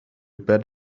bet